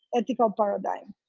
ethical paradigm.